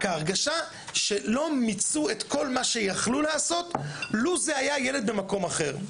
רק ההרגשה שלא מיצו את כל מה שיכולו לעשות לו זה היה ילד במקום אחר.